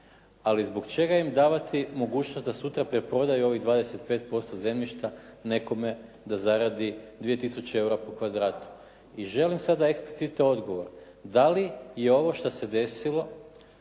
Ali zbog čega im davati mogućnost da sutra preprodaju ovih 25% zemljišta nekome da zaradi 2000 eura po kvadratu i želim sada eksplicite odgovor. Da li je ovo što se desilo